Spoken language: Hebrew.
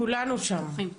כולנו שם.